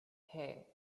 hey